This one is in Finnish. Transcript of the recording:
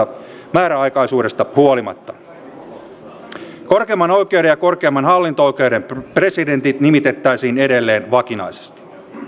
määräaikaisuudesta huolimatta korkeimman oikeuden ja korkeimman hallinto oikeuden presidentit nimitettäisiin edelleen vakinaisesti